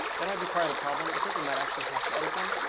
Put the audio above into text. that might be part of the problem. i think we might actually have to edit them,